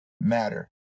matter